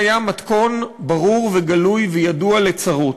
זה היה מתכון ברור וגלוי וידוע לצרות,